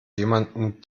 jemanden